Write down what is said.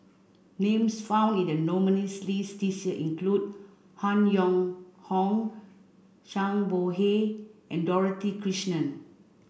names found in the nominees' list this year include Han Yong Hong Zhang Bohe and Dorothy Krishnan